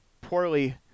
poorly